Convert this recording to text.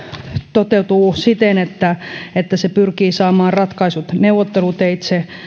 toteutuu siten että että ratkaisut pyritään saamaan neuvotteluteitse